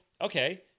okay